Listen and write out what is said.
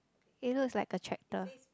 it looks like a tractor